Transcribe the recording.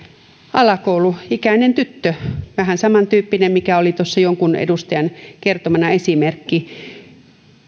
alakouluikäinen tyttö vähän samantyyppinen kuin mikä oli tuossa jonkun edustajan kertoma esimerkki